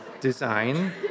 design